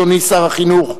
אדוני שר החינוך,